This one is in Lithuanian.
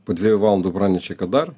po dviejų valandų pranešė kad dar